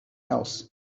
else